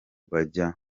bajya